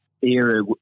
era